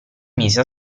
mise